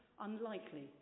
unlikely